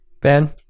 Ben